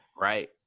Right